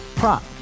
prop